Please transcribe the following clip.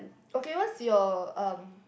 okay what's your um